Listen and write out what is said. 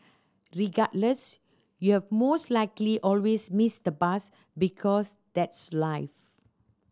regardless you've most likely always miss the bus because that's life